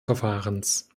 verfahrens